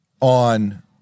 on